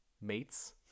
mates